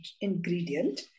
ingredient